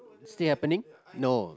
still happening no